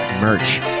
merch